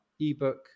ebook